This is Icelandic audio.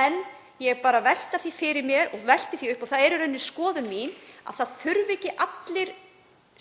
En ég er bara að velta því fyrir mér og það er í raun skoðun mín að ekki þurfi allir